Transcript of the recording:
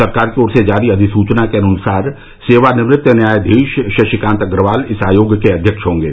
सरकार की ओर से जारी अधिसूचना के अनुसार सेवानिवृत्त न्यायाधीश शशिकांत अग्रवाल इस आयोग के अध्यक्ष होंगे